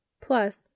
Plus